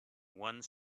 one